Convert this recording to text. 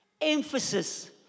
Emphasis